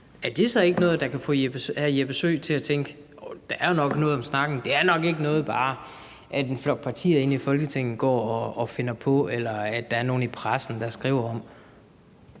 er det så ikke noget, der kan få hr. Jeppe Søe til at tænke: Der er nok noget om snakken; det er nok ikke noget, en flok partier inde i Folketinget bare går og finder på, eller noget, nogen i pressen skriver om?